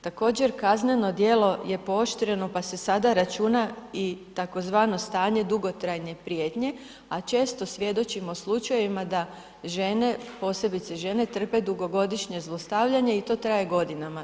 Također kazneno djelo je pooštreno pa se sada računa i tzv. stanje dugotrajne prijetnje a često svjedočimo slučajima da žene posebice žene trpe dugogodišnje zlostavljanje i to traje godinama.